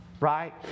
right